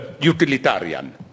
utilitarian